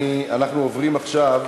אנחנו עוברים עכשיו